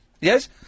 Yes